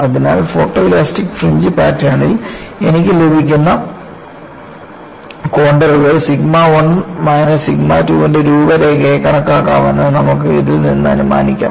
അതിനാൽ photoelastic fringe പാറ്റേണിൽ എനിക്ക് ലഭിക്കുന്ന കോൺണ്ടറുകൾ സിഗ്മ 1 മൈനസ് സിഗ്മ 2 ന്റെ രൂപരേഖയായി കണക്കാക്കാമെന്ന് നമുക്ക് ഇതിൽ നിന്ന് അനുമാനിക്കാം